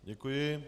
Děkuji.